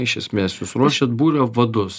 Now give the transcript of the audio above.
iš esmės jūs ruošiat būrio vadus